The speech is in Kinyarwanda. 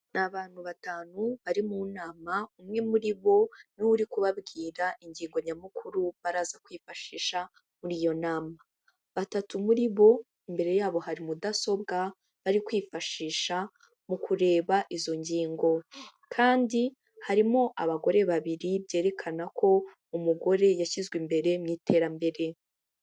Ni abantu batanu bari mu nama umwe muri bo niwe uri kubabwira ingingo nyamukuru baraza kwifashisha muri iyo nama; batatu muri bo imbere yabo hari mudasobwa bari kwifashisha mu kureba izo ngingo; kandi harimo abagore babiri byerekana ko umugore yashyizwe imbere mu iterambere.